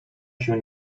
się